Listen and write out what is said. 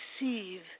receive